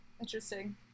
Interesting